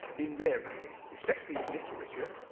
invariably, especially in literature.